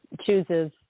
chooses